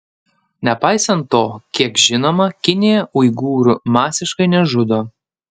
nepaisant to kiek žinoma kinija uigūrų masiškai nežudo